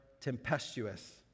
tempestuous